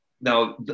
Now